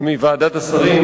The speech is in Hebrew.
מוועדת השרים.